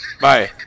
Bye